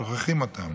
שוכחים אותם.